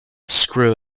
screw